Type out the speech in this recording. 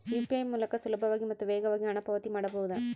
UPI ಮೂಲಕ ಸುಲಭವಾಗಿ ಮತ್ತು ವೇಗವಾಗಿ ಹಣ ಪಾವತಿ ಮಾಡಬಹುದಾ?